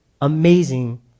amazing